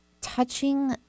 touching